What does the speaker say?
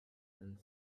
and